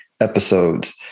episodes